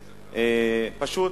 פשוט,